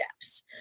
steps